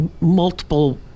multiple